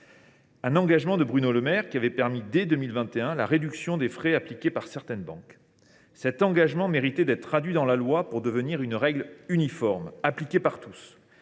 d’un engagement, celui de Bruno Le Maire, qui avait permis, dès 2021, la réduction des frais appliqués par certaines banques. Cet engagement méritait d’être traduit dans la loi pour devenir une règle uniforme, appliquée par tous.